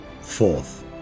Fourth